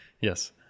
Yes